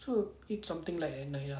so eat something light at night ya